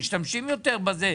משתמשים יותר בזה,